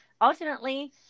ultimately